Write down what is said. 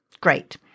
Great